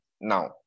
now